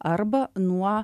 arba nuo